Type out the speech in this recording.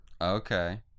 Okay